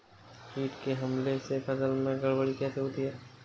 कीट के हमले से फसल में गड़बड़ी कैसे होती है?